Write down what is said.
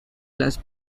las